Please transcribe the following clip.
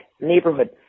neighborhood